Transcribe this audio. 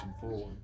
forward